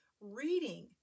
reading